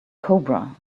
cobra